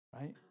right